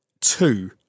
two